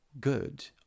good